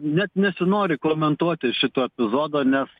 net nesinori komentuoti šito epizodo nes